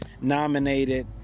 nominated